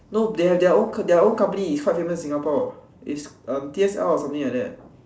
no they have their own their own company is quite famous in Singapore is T_S_L or something like that